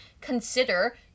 consider